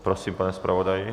Prosím, pane zpravodaji.